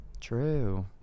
True